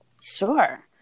sure